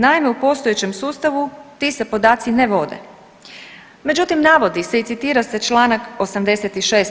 Naime, u postojećem sustavu ti se podaci ne vode.“ Međutim navodi se i citira se čl. 86.